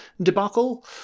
debacle